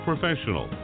professional